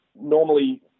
normally